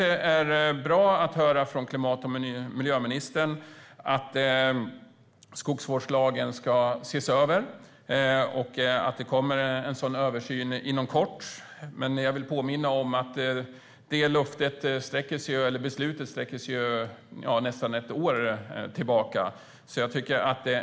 Det är bra att höra från klimat och miljöministern att skogsvårdslagen ska ses över och att det kommer en sådan översyn inom kort. Men jag vill påminna om att det beslutet sträcker sig nästan ett år tillbaka i tiden.